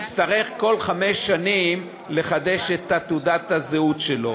יצטרך בכל חמש שנים לחדש את תעודת הזהות שלו.